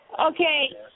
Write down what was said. Okay